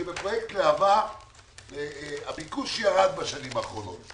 שבפרויקט להב"ה הביקוש ירד בשנים האחרונות.